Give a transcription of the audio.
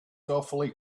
awfully